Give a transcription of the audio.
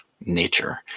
nature